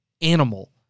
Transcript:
animal